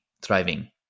thriving